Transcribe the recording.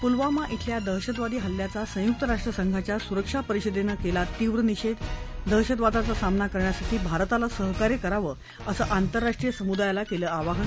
पुलवामा इथल्या दहशतवादी हल्ल्याचा संयुक्त राष्ट्र संघाच्या सुरक्षा परिषदेनं केला तीव्र निषेध दहशतवादाचा सामना करण्यासाठी भारताला सहकार्य करावं असं आंतरराष्ट्रीय समुदायाला केलं आवाहन